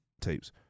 tapes